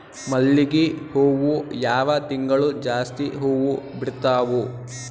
ಮಲ್ಲಿಗಿ ಹೂವು ಯಾವ ತಿಂಗಳು ಜಾಸ್ತಿ ಹೂವು ಬಿಡ್ತಾವು?